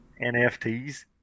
NFTs